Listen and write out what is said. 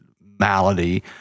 malady